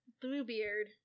Bluebeard